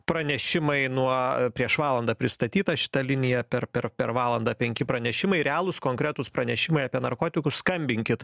pranešimai nuo prieš valandą pristatyta šita linija per per per valandą penki pranešimai realūs konkretūs pranešimai apie narkotikus skambinkit